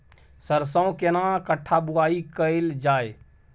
सरसो केना कट्ठा बुआई कैल जाय?